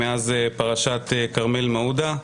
מאז פרשת כרמל מעודה.